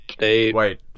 Wait